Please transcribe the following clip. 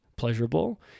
Pleasurable